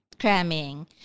cramming